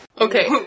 Okay